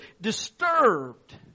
disturbed